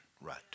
right